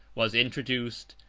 was introduced,